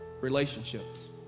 relationships